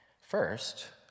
First